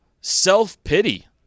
self-pity